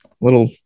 little